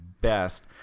best